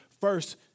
first